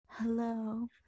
Hello